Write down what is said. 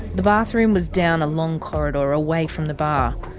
the bathroom was down a long corridor, away from the bar.